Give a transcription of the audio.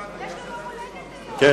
אדוני,